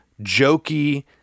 jokey